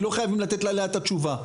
שלא חייבים לתת עליה את התשובה.